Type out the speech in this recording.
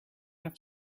have